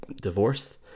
divorced